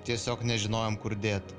tiesiog nežinojom kur dėt